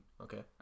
Okay